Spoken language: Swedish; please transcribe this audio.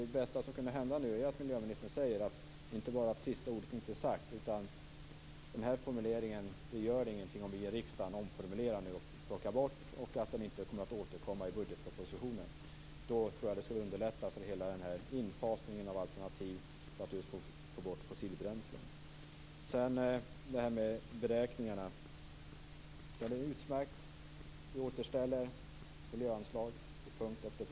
Det bästa som kunde hända nu vore att miljöministern inte bara sade att inte sista ordet är sagt, utan att det inte gör någonting om vi i riksdagen gör en omformulering och att formuleringen inte återkommer i budgetpropositionen. Det tror jag skulle underlätta för infasningen av alternativ för att just få bort fossilbränslen. Sedan detta med beräkningarna. Det är utmärkt att vi återställer miljöanslag på punkt efter punkt.